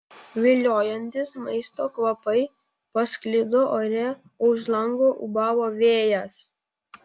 viliojantys maisto kvapai pasklido ore o už lango ūbavo vėjas